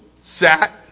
sat